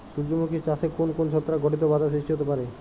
সূর্যমুখী চাষে কোন কোন ছত্রাক ঘটিত বাধা সৃষ্টি হতে পারে?